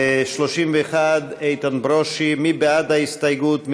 31, איתן ברושי, מי בעד ההסתייגות?